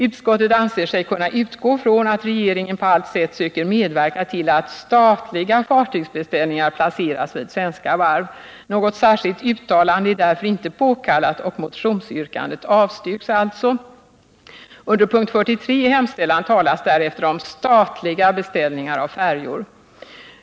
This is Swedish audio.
Utskottet anser sig kunna utgå från att regeringen på allt sätt söker medverka till att statliga fartygsbeställningar placeras vid svenska varv. Något särskilt uttalande är därför inte påkallat och motionsyrkandet avstyrks alltså.” Under punkt 44 i hemställan talas därefter om statliga beställningar av färjor.